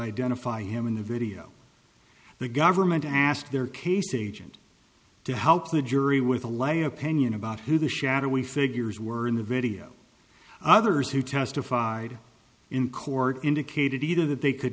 identify him in the video the government asked their case agent to help the jury with a light opinion about who the shadowy figures were in the video others who testified in court indicated either that they could